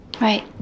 Right